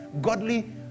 godly